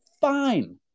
fine